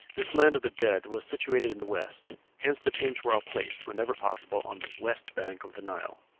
this land of the dead was situated in the west hence the tombs were all placed, whenever possible, on the west bank of the nile.